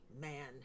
man